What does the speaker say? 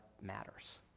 matters